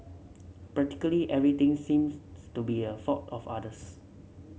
practically everything seems to be a fault of others